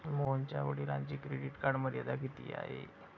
मोहनच्या वडिलांची credit card मर्यादा किती आहे?